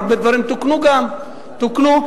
הרבה דברים תוקנו, גם, תוקנו.